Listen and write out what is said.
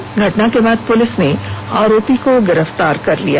इस घटना के बाद पुलिस ने आरोपी को गिरफ्तार कर लिया